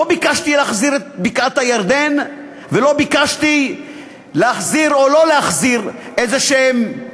לא ביקשתי להחזיר את בקעת-הירדן ולא ביקשתי להחזיר או לא להחזיר איזשהם,